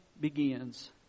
begins